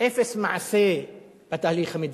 אפס מעשה בתהליך המדיני.